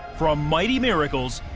from mighty miracles.